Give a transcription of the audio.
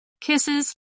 Kisses